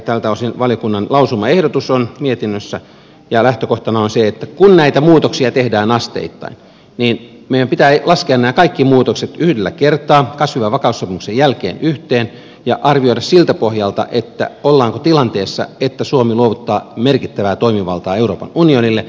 tältä osin valiokunnan lausumaehdotus on mietinnössä ja lähtökohtana on se että kun näitä muutoksia tehdään asteittain niin meidän pitää laskea nämä kaikki muutokset yhdellä kertaa kasvu ja vakaussopimuksen jälkeen yhteen ja arvioida siltä pohjalta ollaanko tilanteessa että suomi luovuttaa merkittävää toimivaltaa euroopan unionille